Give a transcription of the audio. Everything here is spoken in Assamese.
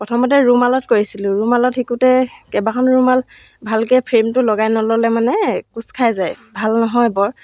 প্ৰথমতে ৰুমালত কৰিছিলোঁ ৰুমালত শিকোঁতে কেইবাখনো ৰুমাল ভালকৈ ফ্ৰেমটো লগাই নল'লে মানে কুঁচ খাই যায় ভাল নহয় বৰ